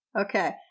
Okay